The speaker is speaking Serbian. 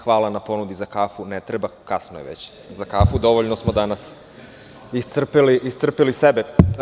Hvala na ponudi za kafu, ne treba, kasno je za kafu, dovoljno smo danas iscrpeli sebe.